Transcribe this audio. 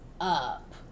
up